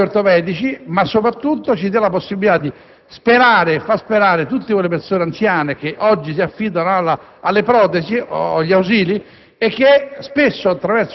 (dai terapisti ai tecnici della riabilitazione, agli ortopedici), ma soprattutto ci diano la possibilità di far sperare tutte quelle persone anziane che oggi si affidano alle